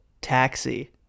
Taxi